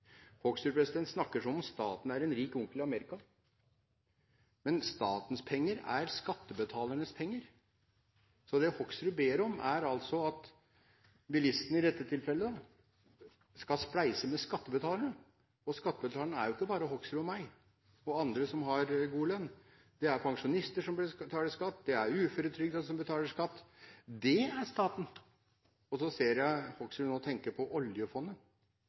Hoksrud snakker som om staten er en rik onkel i Amerika, men statens penger er skattebetalernes penger. Så det representanten Hoksrud ber om, er at bilistene – i dette tilfellet – skal spleise med skattebetalerne, men skattebetalerne er jo ikke bare representanten Hoksrud og meg og andre som har god lønn. Det er pensjonister som betaler skatt, det er uføretrygdede som betaler skatt – det er staten. Så ser jeg at representanten Hoksrud nå tenker på oljefondet,